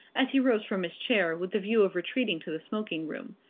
as he rose from his chair with the view of retreating to the smoking-room,